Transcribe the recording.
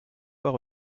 fois